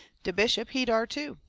de bishop, he dar too.